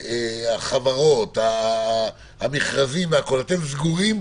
החברות, המכרזים, אתם סגורים?